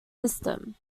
system